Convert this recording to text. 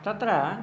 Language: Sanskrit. तत्र